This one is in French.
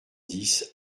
dix